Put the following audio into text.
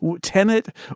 Tenet